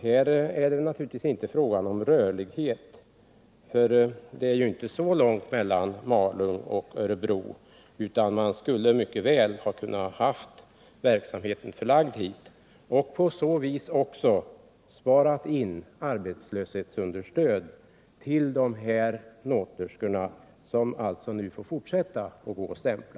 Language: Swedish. Här är det naturligtvis inte fråga om rörlighet, för det är ju inte längre avstånd mellan Malung och Örebro än att man mycket väl skulle kunna ha haft verksamheten förlagd till Malung. På så vis hade man också sparat in arbetslöshetsunderstöd till de nåtlerskor som nu får fortsätta att stämpla.